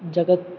ಜಗತ್ತು